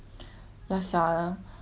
if I know this will happen right